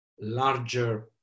larger